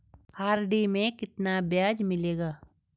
RD में कितना ब्याज मिलेगा?